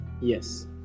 Yes